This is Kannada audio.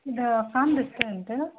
ಇದು ಫಾಮ್ ರೆಸ್ಟೋರೆಂಟಾ